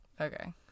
Okay